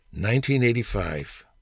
1985